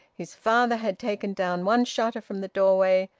his father had taken down one shutter from the doorway,